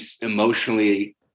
emotionally